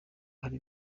hari